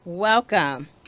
Welcome